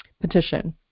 petition